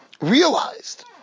realized